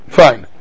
fine